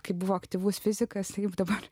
kaip buvo aktyvus fizikas jau dabar